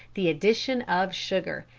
the addition of sugar,